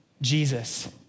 Jesus